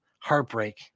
heartbreak